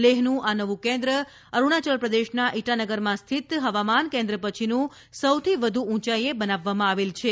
લેહનું આ નવું કેન્દ્ર અરૂણાચલ પ્રદેશના ઇટાનગરમાં સ્થિત હવામાન કેન્દ્ર પછીનું સૌથી વધુ ઉંચાઇએ બનાવવામાં આવેલ છે